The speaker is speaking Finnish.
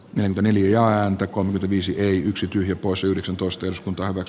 niinpä neljä ääntä kun viisi yksi tyhjä poissa yhdeksäntoista jos kunta ovat